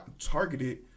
targeted